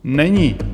Není.